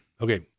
Okay